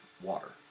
water